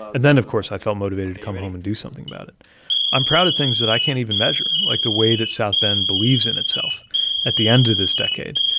and then, of course, i felt motivated to come home and do something about it i'm proud of things that i can't even measure, like the way that south bend believes in itself at the end of this decade,